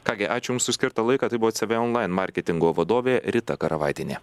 ką gi ačiū jums už skirtą laiką tai buvo cv online marketingo vadovė rita karavaitienė